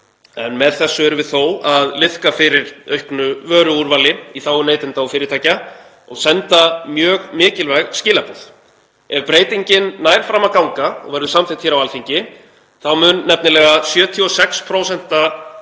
en með þessu erum við þó að liðka fyrir auknu vöruúrvali í þágu neytenda og fyrirtækja og senda mjög mikilvæg skilaboð. Ef breytingin nær fram að ganga og verður samþykkt á Alþingi mun nefnilega 76% tollurinn